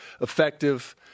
effective